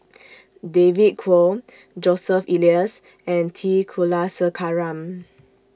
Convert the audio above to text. David Kwo Joseph Elias and T Kulasekaram